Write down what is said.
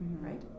right